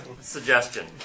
suggestion